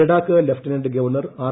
Ladakh lieutenant governor R